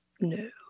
No